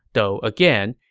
though again,